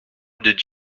did